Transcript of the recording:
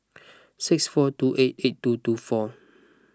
six four two eight eight two two four